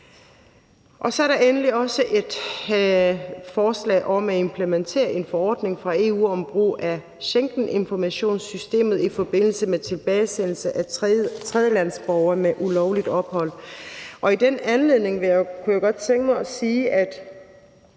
Så er der endelig også et forslag om at implementere en forordning fra EU om brug af Schengeninformationssystemet i forbindelse med tilbagesendelse af tredjelandsborgere med ulovligt ophold, og i den anledning kunne jeg godt tænke mig at sige,